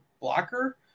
blocker